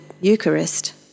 Eucharist